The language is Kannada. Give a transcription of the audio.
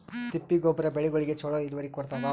ತಿಪ್ಪಿ ಗೊಬ್ಬರ ಬೆಳಿಗೋಳಿಗಿ ಚಲೋ ಇಳುವರಿ ಕೊಡತಾದ?